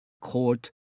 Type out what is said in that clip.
court